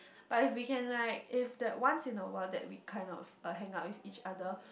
but if we can like if that once in a while that we kind of uh hang out with each other